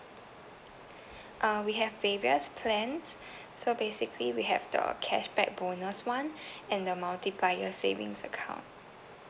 uh we have various plans so basically we have the cashback bonus [one] and the multiplier savings account